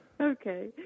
Okay